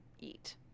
eat